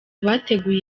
bateguye